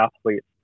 athletes